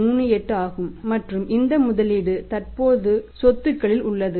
38 ஆகும் மற்றும் இந்த முதலீடு மற்ற தற்போதைய சொத்துக்களில் உள்ளது